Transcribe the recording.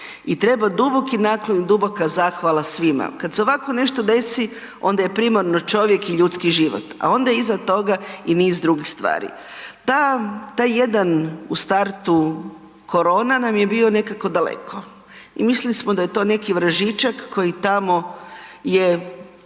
I treba duboki naklon i duboka zahvala svima. Kada se ovako nešto desi onda je primarno čovjek i ljudski život, a onda iza toga i niz drugih stvari. Taj jedan u startu korona nam je bio nekako daleko i mislili smo da je to neki vražićak koji je